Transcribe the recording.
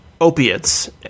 opiates